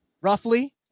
roughly